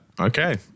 Okay